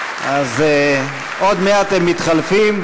(מחיאות כפיים) עוד מעט הם מתחלפים,